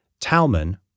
Talman